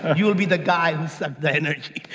you will be the guy who sucked the energy.